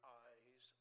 eyes